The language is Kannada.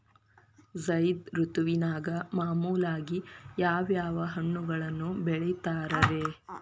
ಝೈದ್ ಋತುವಿನಾಗ ಮಾಮೂಲಾಗಿ ಯಾವ್ಯಾವ ಹಣ್ಣುಗಳನ್ನ ಬೆಳಿತಾರ ರೇ?